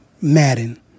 Madden